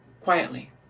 quietly